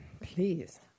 please